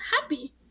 happy